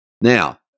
Now